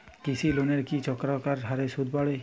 কৃষি লোনের কি চক্রাকার হারে সুদ বাড়ে?